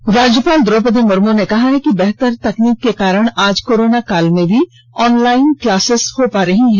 राज्यपाल राज्यपाल द्रौपदी मुर्मू ने कहा कि बेहतर तकनीक के कारण आज कोरोना काल में भी ऑनलाइन क्लास हो पा रही है